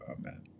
Amen